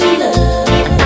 love